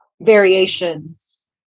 variations